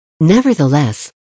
Nevertheless